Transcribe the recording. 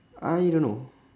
I don't know